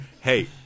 hey